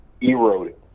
Eroded